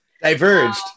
diverged